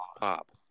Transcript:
pop